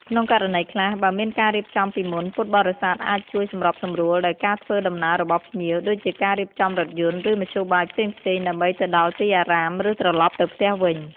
ការចែករំលែកបទពិសោធន៍ ពួកគាត់អាចចែករំលែកបទពិសោធន៍ផ្ទាល់ខ្លួនទាក់ទងនឹងវត្ត ឬពិធីបុណ្យ ដើម្បីឲ្យភ្ញៀវមានអារម្មណ៍ស្និទ្ធស្នាល និងយល់ដឹងកាន់តែច្បាស់អំពីប្រពៃណី។